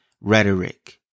rhetoric